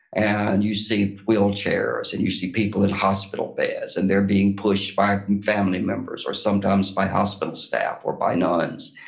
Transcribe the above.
and you see wheelchairs and you see people in hospital beds and they're being pushed by family members, or sometimes by hospital staff or by nuns.